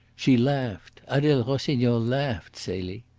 she laughed adele rossignol laughed, celie.